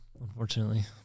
unfortunately